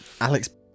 Alex